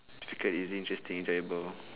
typical is it interesting enjoyable